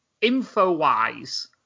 info-wise